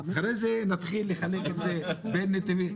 אחרי זה נתחיל לחלק את זה בין נתיבים.